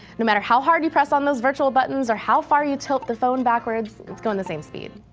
no matter how hard you press on those virtual buttons, or how far you tilt the phone backwards, it is going the same speed.